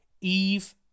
Eve